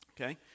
Okay